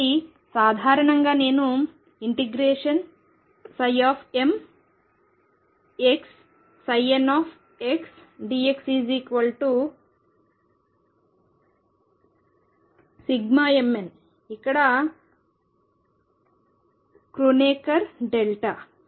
కాబట్టి సాధారణంగా నేను mxnxdxmn ఇక్కడ క్రోనెకర్ డెల్టా